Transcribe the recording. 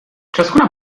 ciascuna